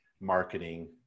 marketing